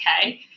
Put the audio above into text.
okay